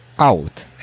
out